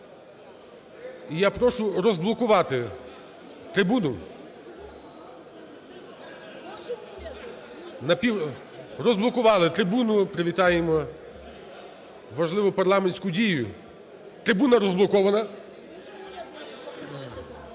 я прошу розблокувати трибуну. Розблокували трибуну. Привітаємо важливу парламентську дію. Трибуна розблокована.